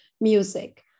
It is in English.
music